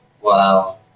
Wow